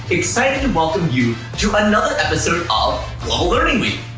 excited to welcome you to another episode of global learning week.